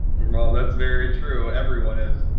well, that's very true. everyone is.